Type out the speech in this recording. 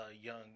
young